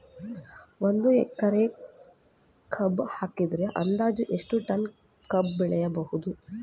ಒಂದು ಎಕರೆ ಕಬ್ಬು ಹಾಕಿದರೆ ಅಂದಾಜು ಎಷ್ಟು ಟನ್ ಕಬ್ಬು ಬೆಳೆಯಬಹುದು?